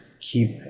keep